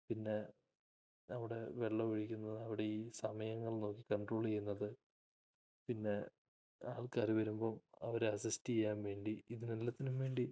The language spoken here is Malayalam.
പിന്നെ അവിടെ വെള്ളമൊഴിക്കുന്നത് അവിടെ ഈ സമയങ്ങൾ നോക്കി കൺട്രോളെയ്യുന്നത് പിന്നെ ആൾക്കാര് വരുമ്പോ അവരെ അസിസ്റ്റെയ്യാൻ വേണ്ടി ഇതിനെല്ലാത്തിനും വേണ്ടി